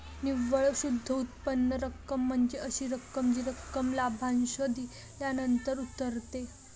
निव्वळ शुद्ध उत्पन्न रक्कम म्हणजे अशी रक्कम जी रक्कम लाभांश दिल्यानंतर उरते